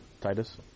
Titus